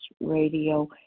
radio